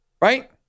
right